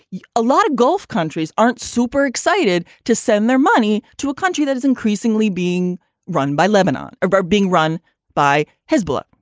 yeah a lot of gulf countries aren't super excited to send their money to a country that is increasingly being run by lebanon about being run by hezbollah.